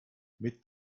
mit